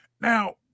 Now